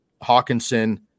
Hawkinson